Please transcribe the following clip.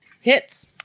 Hits